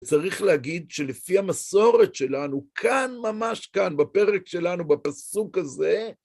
צריך להגיד שלפי המסורת שלנו, כאן, ממש כאן, בפרק שלנו, בפסוק הזה,